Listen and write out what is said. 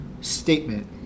statement